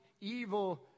evil